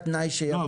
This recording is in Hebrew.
לא.